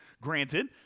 granted